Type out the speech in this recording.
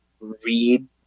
read